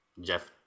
Jeff